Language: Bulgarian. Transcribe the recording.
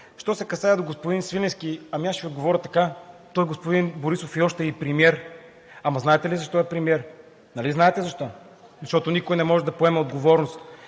Що се касае до господин Свиленски, ами аз ще Ви отговоря така – той, господин Борисов, още е премиер. Ама знаете ли защо е премиер? Нали знаете защо? Защото никой не може да поеме отговорност